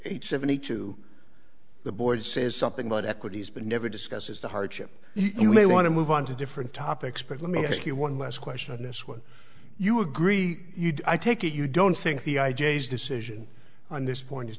eight seventy two the board says something about equities but never discusses the hardship you may want to move on to different topics problematic you one last question on this one you agree i take it you don't think the i j a is decision on this point is